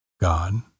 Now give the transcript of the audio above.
God